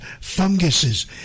funguses